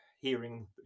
hearing